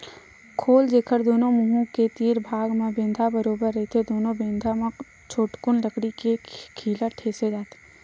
खोल, जेखर दूनो मुहूँ के तीर भाग म बेंधा बरोबर रहिथे दूनो बेधा म छोटकुन लकड़ी के खीला ठेंसे जाथे